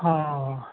हँअऽ